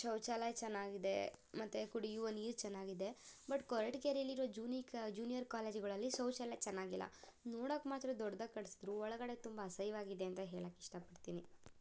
ಶೌಚಲಯ ಚೆನ್ನಾಗಿದೆ ಮತ್ತು ಕುಡಿಯುವ ನೀರು ಚೆನ್ನಾಗಿದೆ ಬಟ್ ಕೊರಟಗೆರೆಲ್ಲಿರೋ ಜೂನಿಯರ್ ಕಾಲೇಜುಗಳಲ್ಲಿ ಶೌಚಾಲಯ ಚೆನ್ನಾಗಿಲ್ಲ ನೋಡಕ್ಕೆ ಮಾತ್ರ ದೊಡ್ದಾಗಿ ಕಟ್ಸಿದ್ರೂ ಒಳಗಡೆ ತುಂಬ ಅಸಹ್ಯವಾಗಿದೆ ಅಂತ ಹೇಳಕ್ಕೆ ಇಷ್ಟ ಪಡ್ತೀನಿ